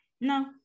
no